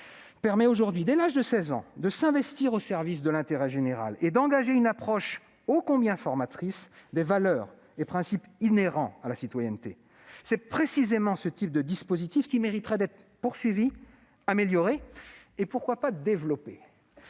-permet aujourd'hui, dès l'âge de 16 ans, de s'investir au service de l'intérêt général et d'engager une approche ô combien formatrice des valeurs et principes inhérents à la citoyenneté. C'est précisément ce type de dispositif qui mériterait d'être poursuivi, amélioré et, pourquoi pas, développé.